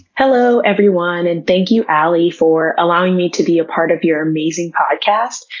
hello, everyone. and thank you, alie for allowing me to be a part of your amazing podcast.